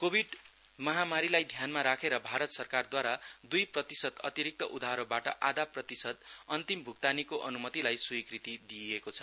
covid महामारीलाई ध्यानमा राखेर भारत सरकारद्वारा दुई प्रतिशत अतिरिक्त उधारोबाट आधा प्रतिशत अन्तिम भुक्तानीको अनुमतिलाई स्वकृति दिएको छ